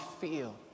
feel